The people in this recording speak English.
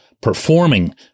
performing